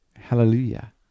hallelujah